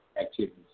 activities